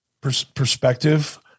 perspective